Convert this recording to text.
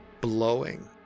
blowing